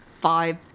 five